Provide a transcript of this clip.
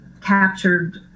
captured